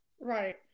right